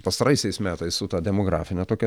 pastaraisiais metais su ta demografine tokia